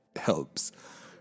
helps